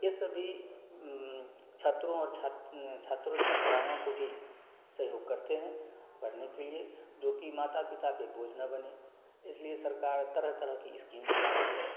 ये सब भी छात्रों और छात छात्रों छात्राओं को भी सहयोग करते हैं पढ़ने के लिए जो कि माता पिता पर बोझ ना बनें इसलिए सरकार तरह तरह की इस्किम चलाती है